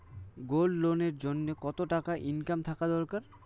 Gold loan এর জইন্যে কতো টাকা ইনকাম থাকা দরকার?